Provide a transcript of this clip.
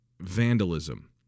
vandalism